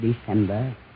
December